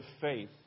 faith